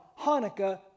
Hanukkah